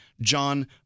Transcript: John